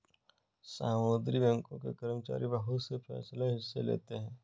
सामुदायिक बैंकों के कर्मचारी बहुत से फैंसलों मे हिस्सा लेते हैं